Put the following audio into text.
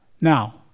Now